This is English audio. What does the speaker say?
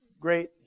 great